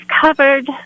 covered